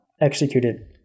executed